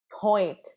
point